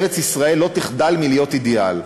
ארץ-ישראל לא תחדל מלהיות אידיאל.